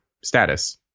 status